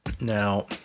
Now